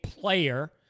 player